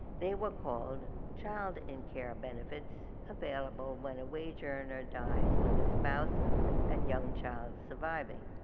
they were called child in care benefits available when a wage earner dies with a spouse and young child surviving.